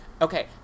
Okay